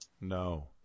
No